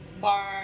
bar